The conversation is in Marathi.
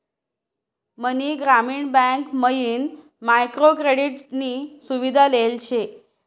मनी ग्रामीण बँक मयीन मायक्रो क्रेडिट नी सुविधा लेल शे